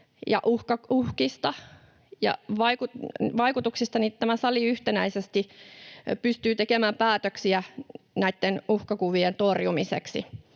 ja uhkista ja vaikutuksista, niin tämä sali yhtenäisesti pystyy tekemään päätöksiä näitten uhkakuvien torjumiseksi.